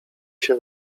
się